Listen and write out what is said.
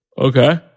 Okay